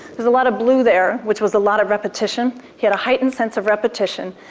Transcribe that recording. there's a lot of blue there, which was a lot of repetition he had a heightened sense of repetition.